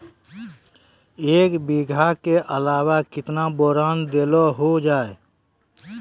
एक बीघा के अलावा केतना बोरान देलो हो जाए?